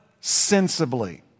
sensibly